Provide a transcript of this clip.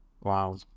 Wow